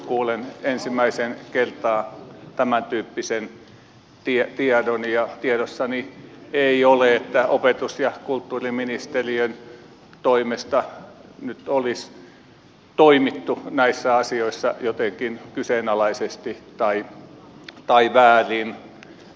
kuulen ensimmäistä kertaa tämäntyyppisen tiedon ja tiedossani ei ole että opetus ja kulttuuriministeriön toimesta nyt olisi toimittu näissä asioissa jotenkin kyseenalaisesti tai väärin